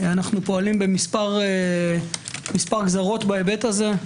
אנו פועלים במספר גזרות בהיבט הזה,